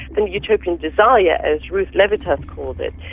then utopian desire, as ruth levitas calls it,